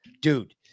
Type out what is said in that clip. dude